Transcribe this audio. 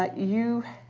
ah you